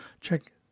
check